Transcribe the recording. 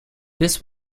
this